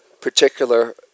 particular